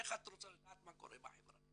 איך את רוצה לדעת מה קורה בחברה"